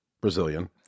Brazilian